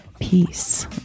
peace